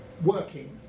working